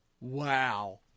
Wow